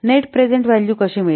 net present value कशी मिळते